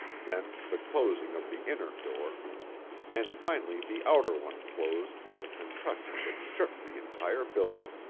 then the closing of the inner door and finally the outer one closed with a concussion which shook the entire building.